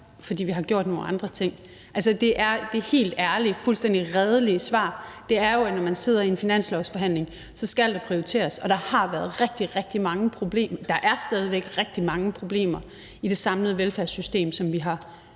fordi vi har gjort nogle andre ting. Det helt ærlige og fuldstændig redelige svar er jo, at når man sidder i en finanslovsforhandling, skal der prioriteres, og der har været rigtig, rigtig mange problemer – der er stadig væk rigtig mange problemer – i det samlede velfærdssystem, som vi har